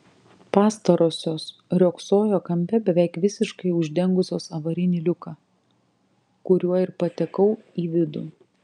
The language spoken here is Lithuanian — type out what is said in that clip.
pastarosios riogsojo kampe beveik visiškai uždengusios avarinį liuką kuriuo ir patekau į vidų